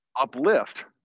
uplift